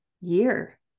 year